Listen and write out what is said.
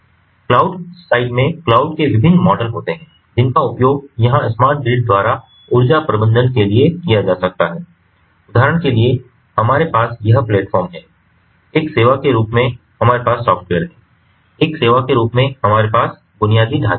इसलिए cloud side में cloud के विभिन्न मॉडल होते हैं जिनका उपयोग यहां स्मार्ट ग्रिड द्वारा ऊर्जा प्रबंधन के लिए किया जा सकता है उदाहरण के लिए हमारे पास यह प्लेटफॉर्म है एक सेवा के रूप में हमारे पास सॉफ्टवेयर है एक सेवा के रूप में हमारे पास बुनियादी ढांचा है